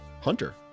hunter